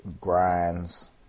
grinds